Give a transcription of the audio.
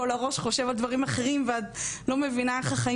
כל הראש חושב על דברים אחרים ואת לא מבינה איך החיים